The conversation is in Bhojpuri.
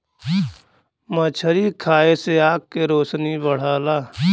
मछरी खाये से आँख के रोशनी बढ़ला